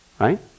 right